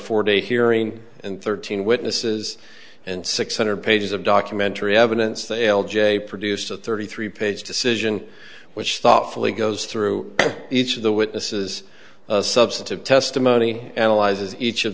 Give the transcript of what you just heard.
four day hearing and thirteen witnesses and six hundred pages of documentary evidence the l j produced a thirty three page decision which thoughtfully goes through each of the witnesses substantive testimony analyzes each of